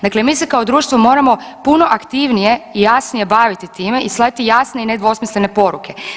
Dakle, mi se kao društvo moramo puno aktivnije i jasnije baviti time i slati jasnije i nedvosmislene poruke.